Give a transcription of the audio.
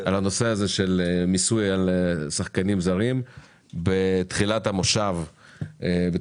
על הנושא הזה של מיסוי על שחקנים זרים בתחילת המושב הבא,